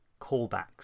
callbacks